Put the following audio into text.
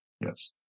Yes